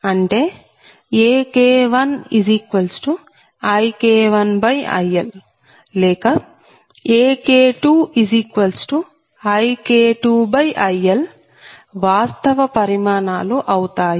అంటే AK1IK1IL లేక AK2IK2IL వాస్తవ పరిమాణాలు అవుతాయి